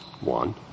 One